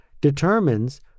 determines